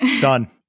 Done